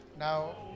Now